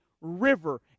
river